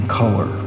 color